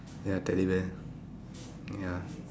ya teddy bear ya